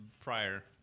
prior